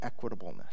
equitableness